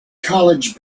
college